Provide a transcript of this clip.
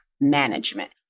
management